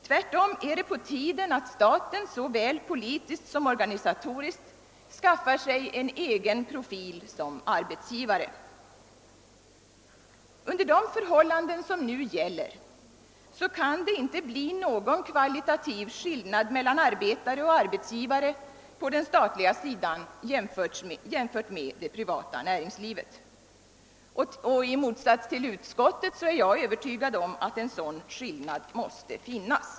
Tvärtom är det på tiden att staten såväl politiskt som organisatoriskt skaffar sig en egen profil som arbetsgivare. Under de förhållanden som nu råder kan det inte bli någon kvalitativ skillnad mellan arbetare och arbetsgivare på den statliga sidan jämfört med det privata näringslivet. Och i motsats till utskottet är jag övertygad om att en sådan skillnad måste finnas.